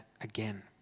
again